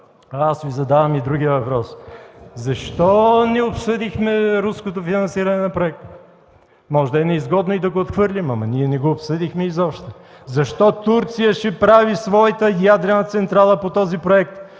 аз си задавам и другия въпрос: защо не обсъдихме руското финансиране на проекта? Може да е неизгодно и да го отхвърлим, но ние изобщо не го обсъдихме. Защо Турция ще прави своята ядрена централа по този проект?